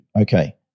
okay